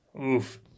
Oof